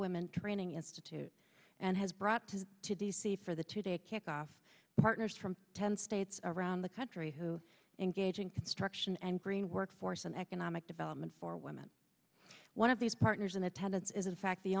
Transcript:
women training institute and has brought to to d c for the two day kick off partners from ten states around the country who engage in construction and green work force and economic development for women one of these partners in attendance is in fact the